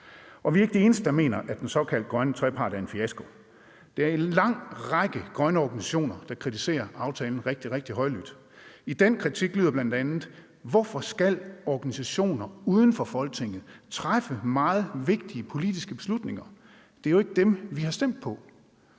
Vi er ikke de eneste, der mener, at den såkaldte grønne trepart er en fiasko. Der er en lang række grønne organisationer, der kritiserer aftalen rigtig, rigtig højlydt. I den kritik lyder det bl.a.: Hvorfor skal organisationer uden for Folketinget træffe meget vigtige politiske beslutninger? Det er jo ikke dem, vi har stemt på.